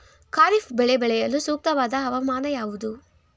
ಖಾರಿಫ್ ಬೆಳೆ ಬೆಳೆಯಲು ಸೂಕ್ತವಾದ ಹವಾಮಾನ ಯಾವುದು?